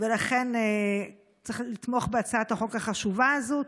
ולכן צריך לתמוך בהצעת החוק החשובה הזאת.